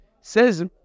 Says